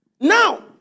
Now